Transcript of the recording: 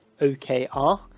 OKR